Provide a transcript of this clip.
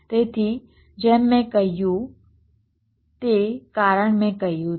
તેથી જેમ મેં કહ્યું તે કારણ મેં કહ્યું છે